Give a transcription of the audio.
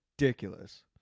ridiculous